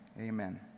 amen